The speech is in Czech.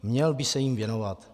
Měl by se jim věnovat.